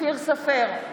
אופיר סופר,